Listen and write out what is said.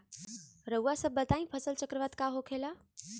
रउआ सभ बताई फसल चक्रवात का होखेला?